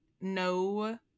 no